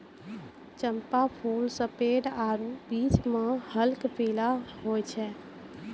चंपा फूल सफेद आरु बीच मह हल्क पीला होय छै